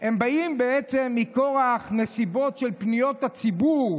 באים מכורח נסיבות של פניות הציבור,